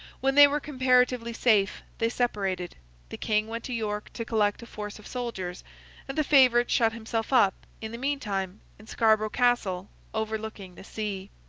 when they were comparatively safe, they separated the king went to york to collect a force of soldiers and the favourite shut himself up, in the meantime, in scarborough castle overlooking the sea.